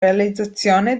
realizzazione